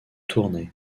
tournai